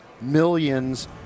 millions